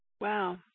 Wow